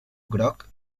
groc